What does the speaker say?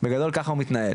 ובגדול ככה הוא מתנהל.